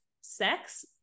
sex